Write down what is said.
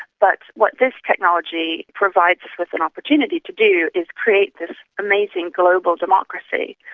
but what this technology provides us with an opportunity to do is create this amazing global democracy,